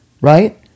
right